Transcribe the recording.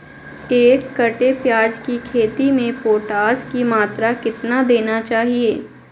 एक कट्टे प्याज की खेती में पोटास की मात्रा कितना देना चाहिए?